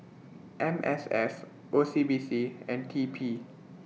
M S F O C B C and T P